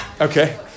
okay